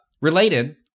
related